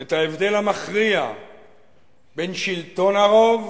את ההבדל המכריע בין שלטון הרוב